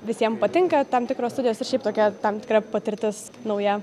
visiem patinka tam tikros studijos ir šiaip tokia tam tikra patirtis nauja